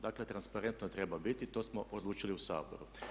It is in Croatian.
Dakle, transparentno treba biti, to smo odlučili u Saboru.